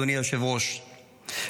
אדוני היושב-ראש,